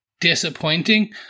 disappointing